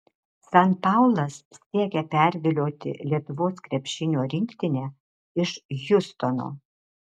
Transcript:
san paulas siekia pervilioti lietuvos krepšinio rinktinę iš hjustono